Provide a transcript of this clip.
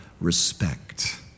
respect